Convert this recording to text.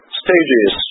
stages